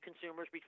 consumers